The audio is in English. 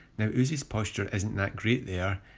now uzi's posture isn't that great there,